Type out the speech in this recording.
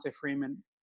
Freeman